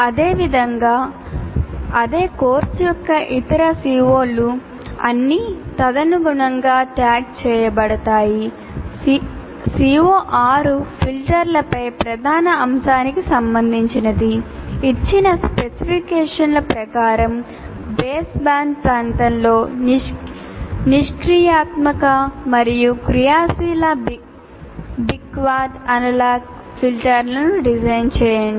అదేవిధంగా అదే కోర్సు యొక్క ఇతర CO లు చేయండి